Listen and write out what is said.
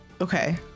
okay